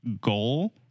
goal